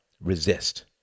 resist